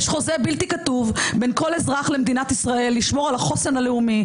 יש חוזה בלתי כתוב בין כל אזרח למדינת ישראל לשמור על החוסן הלאומי,